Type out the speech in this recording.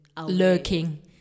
lurking